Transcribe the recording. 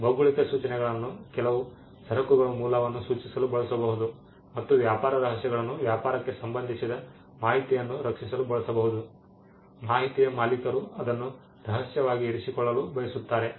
ಭೌಗೋಳಿಕ ಸೂಚನೆಗಳನ್ನು ಕೆಲವು ಸರಕುಗಳ ಮೂಲವನ್ನು ಸೂಚಿಸಲು ಬಳಸಬಹುದು ಮತ್ತು ವ್ಯಾಪಾರ ರಹಸ್ಯಗಳನ್ನು ವ್ಯಾಪಾರಕ್ಕೆ ಸಂಬಂಧಿಸಿದ ಮಾಹಿತಿಯನ್ನು ರಕ್ಷಿಸಲು ಬಳಸಬಹುದು ಮಾಹಿತಿಯ ಮಾಲೀಕರು ಅದನ್ನು ರಹಸ್ಯವಾಗಿ ಇರಿಸಿಕೊಳ್ಳಲು ಬಯಸುತ್ತಾರೆ